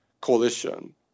coalition